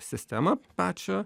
sistema pačio